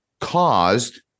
caused